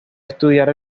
estudiar